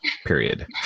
period